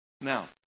Now